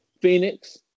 Phoenix